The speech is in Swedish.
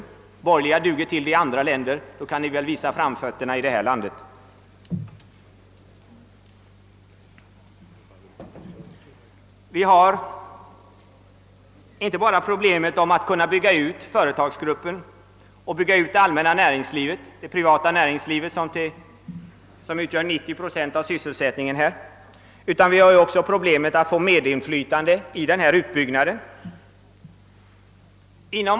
De borgerliga i andra länder duger till det, och då skulle ni väl i det här landet också kunna visa framfötterna. Vi har inte bara problemet att bygga ut den statliga företagsgruppen och det privata näringslivet, som svarar för 90 procent av sysselsättningen i vårt land, utan vi har också problemet att skaffa samhället medinflytande i denna utbyggnad.